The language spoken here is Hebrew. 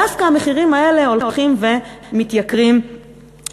דווקא המחירים האלה הולכים ועולים לאט-לאט.